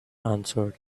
answered